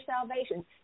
salvation